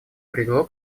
привело